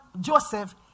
Joseph